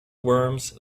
worms